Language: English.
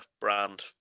brand